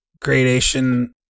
gradation